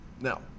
now